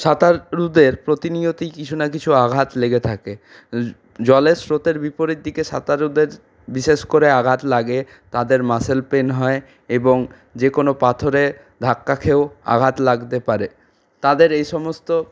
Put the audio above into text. সাঁতারুদের প্রতিনিয়তিই কিছু না কিছু আঘাত লেগে থাকে জলের স্রোতের বিপরীত দিকে সাঁতারুদের বিশেষ করে আঘাত লাগে তাদের মাসেল পেন হয় এবং যেকোনো পাথরে ধাক্কা খেয়েও আঘাত লাগতে পারে তাদের এই সমস্ত